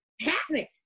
happening